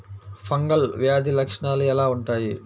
Fungal వ్యాధి లక్షనాలు ఎలా వుంటాయి?